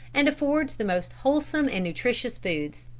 and affords the most wholesome and nutritious food.